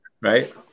Right